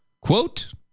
Quote